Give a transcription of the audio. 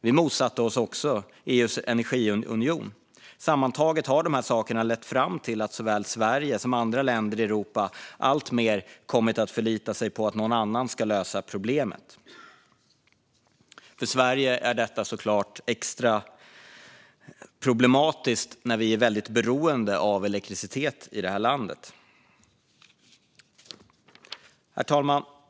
Vi motsatte oss också EU:s energiunion. Sammantaget har dessa saker lett fram till att såväl Sverige som andra länder i Europa alltmer kommit att förlita sig på att någon annan ska lösa problemet. För Sverige är det såklart extra problematiskt då vi är väldigt beroende av elektricitet i vårt land. Herr talman!